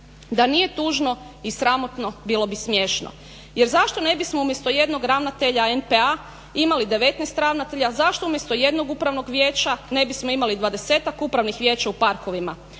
Da nije tužno i sramotno bilo bi smiješno, jer zašto ne bismo umjesto jednog ravnatelja NP-a imali 19 ravnatelja, zašto umjesto jednog upravnog vijeća ne bismo imali 20-tak upravnih vijeća u parkovima.